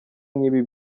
nk’ibi